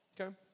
Okay